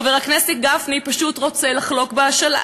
חבר הכנסת גפני פשוט רוצה לחלוק בשלל.